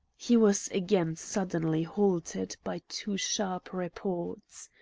he was again suddenly halted by, two sharp reports.